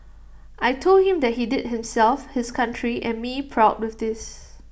I Told him that he did himself his country and me proud with this